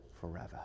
forever